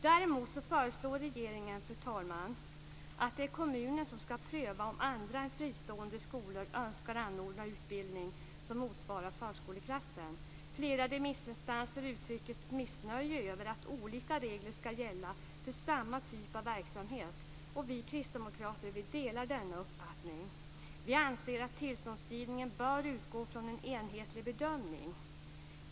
Däremot föreslår regeringen, fru talman, att det är kommunen som skall pröva om andra än fristående skolor önskar anordna utbildning som motsvarar förskoleklassen. Flera remissinstanser uttrycker sitt missnöje med att olika regler skall gälla för samma typ av verksamhet, och vi kristdemokrater delar denna uppfattning. Vi anser att tillståndsgivningen bör utgå från en enhetlig bedömning.